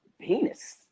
penis